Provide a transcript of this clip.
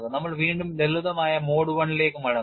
നമ്മൾ വീണ്ടും ലളിതമായ mode I ലേക്ക് മടങ്ങും